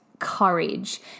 courage